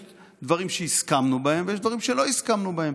יש דברים שהסכמנו בהם ויש דברים שלא הסכמנו בהם.